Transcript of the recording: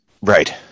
Right